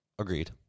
Agreed